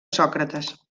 sòcrates